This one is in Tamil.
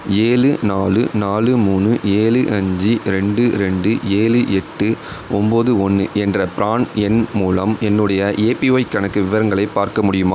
ஏழு நாலு நாலு மூணு ஏழு அஞ்சு ரெண்டு ரெண்டு ஏழு எட்டு ஒம்பது ஒன்று என்ற ப்ரான் எண் மூலம் என்னுடைய ஏபிஒய் கணக்கு விவரங்களை பார்க்க முடியுமா